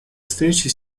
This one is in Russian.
встреча